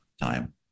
time